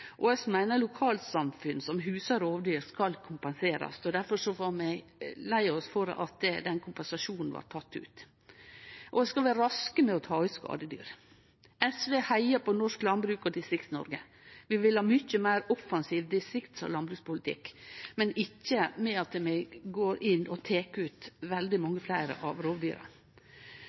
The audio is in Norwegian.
og vi meiner at lokalsamfunn som husar rovdyr, skal kompenserast. Difor var vi lei oss for at den kompensasjonen blei teken ut. Vi skal også vere raske med å ta ut skadedyr. SV heiar på norsk landbruk og Distrikts-Noreg. Vi vil ha ein mykje meir offensiv distrikts- og landbrukspolitikk, men ikkje ved at vi går inn og tek ut veldig mange fleire av rovdyra.